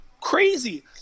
crazy